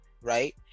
right